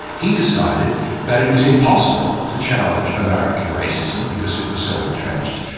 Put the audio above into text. he decided that it was impossible to challenge american racism because it was so entrenched,